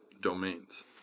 domains